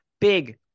Big